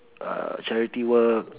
uh charity work